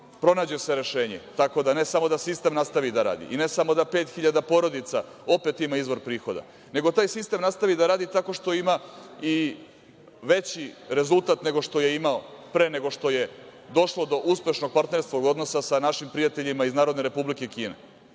pronađe se rešenje, tako da ne samo sistem nastavi da radi i ne samo da 5.000 porodica opet ima izvor prihoda, nego da taj sistem nastavi da radi tako što ima i veći rezultat nego što je imao pre nego što je došlo do uspešnog partnerskog odnosa sa našim prijateljima iz Republike Kine